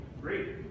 Great